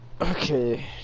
Okay